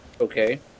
Okay